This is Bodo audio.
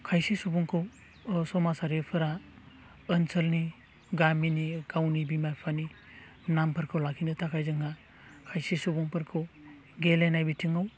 खायसे सुबुंखौ समाजारिफोरा ओनसोलनि गामिनि गावनि बिमा बिफानि नामफोरखौ लाखिनो थाखाय जोंहा खायसे सुबुंफोरखौ गेलेनाय बिथिङाव